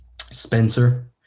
Spencer